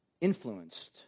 influenced